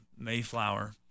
Mayflower